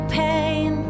pain